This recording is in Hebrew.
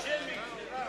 יש שמית.